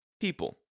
people